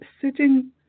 sitting